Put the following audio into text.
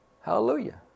Hallelujah